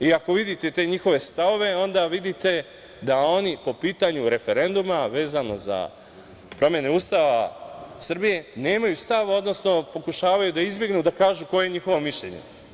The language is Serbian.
I ako vidite te njihove stavove, onda vidite da oni po pitanju referenduma, vezano za promene Ustava Srbije, nemaju stav, odnosno pokušavaju da izbegnu da kažu koje je njihovo mišljenje.